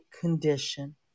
condition